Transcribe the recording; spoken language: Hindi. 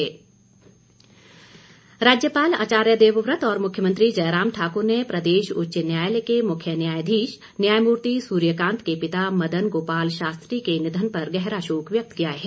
शोक राज्यपाल आचार्य देवव्रत और मुख्यमंत्री जयराम ठाकर ने प्रदेश उच्च न्यायालय के मुख्य न्यायाधीश न्यायमूर्ति सुर्यकांत के पिता मदन गोपाल शास्त्री के निधन पर गहरा शोक व्यक्त किया है